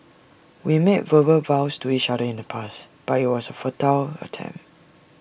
we made verbal vows to each other in the past but IT was A futile attempt